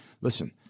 Listen